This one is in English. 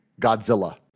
Godzilla